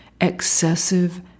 Excessive